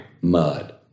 Mud